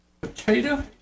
Potato